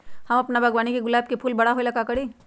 हम अपना बागवानी के गुलाब के फूल बारा होय ला का करी?